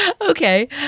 Okay